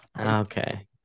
Okay